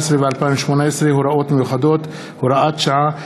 ו-2018 (הוראות מיוחדות) (הוראת שעה),